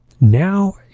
Now